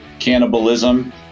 cannibalism